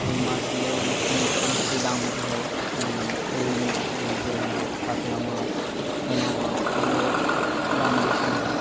এই মাছগুলোর অনেক সময় অনেকটাই দাম উঠে যায় যে রুই মাছ মৃগেল মাছ কাতলা মাছ পোনা মাছ এগুলোর দাম বেশিই হয়